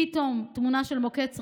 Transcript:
פתאום תמונה של מוקד שרפה,